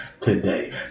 today